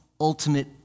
ultimate